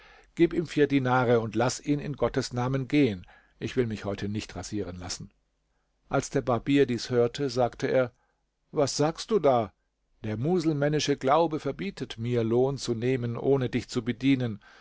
gib ihm vier dinare und laß ihn in gottes namen gehen ich will mich heute nicht rasieren lassen als der barbier dies hörte sagte er was sagst du da der muselmännische glaube verbietet mir lohn zu nehmen ohne dich zu bedienen